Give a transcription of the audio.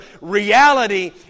reality